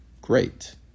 great